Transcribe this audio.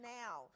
now